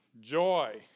joy